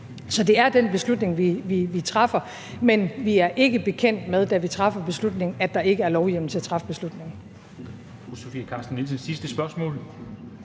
Så det er den beslutning, vi træffer. Men vi er ikke bekendt med, da vi træffer beslutningen, at der ikke er lovhjemmel til at træffe beslutningen.